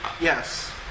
Yes